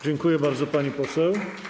Dziękuję bardzo, pani poseł.